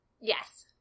yes